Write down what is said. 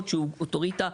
שזה בשום קנה מידה,